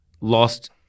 lost